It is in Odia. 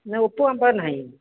ନାଇଁ ଓପୋ ଆମ ପାଖରେ ନାହିଁ